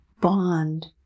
bond